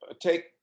take